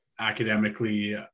academically